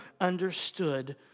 understood